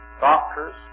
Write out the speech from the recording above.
doctors